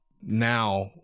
Now